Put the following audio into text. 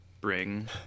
bring